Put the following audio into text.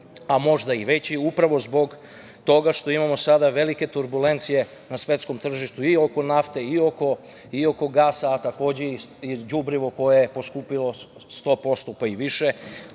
a možda i veći, upravo zbog toga što imamo sad imamo velike turbulencije na svetskom tržištu i oko nafte, i oko gasa, a takođe i đubrivo koje je poskupelo 100%, pa i više.